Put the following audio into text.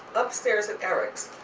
upstairs at eric's.